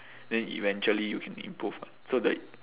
then eventually you can improve [what] so the